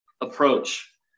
approach